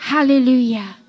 Hallelujah